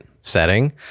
setting—